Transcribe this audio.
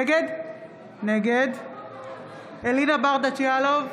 נגד אלינה ברדץ' יאלוב,